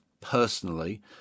personally